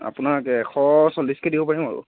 আপোনাক এশ চল্লিছকে দিব পাৰিম আৰু